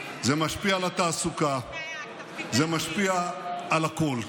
זה משפיע על התעסוקה, זה משפיע על הכול.